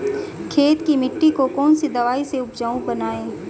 खेत की मिटी को कौन सी दवाई से उपजाऊ बनायें?